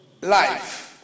life